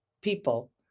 People